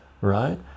right